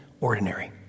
ordinary